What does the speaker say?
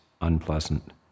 unpleasant